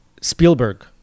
spielberg